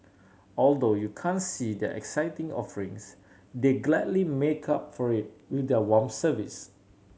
although you can't see their exciting offerings they gladly make up for it with their warm service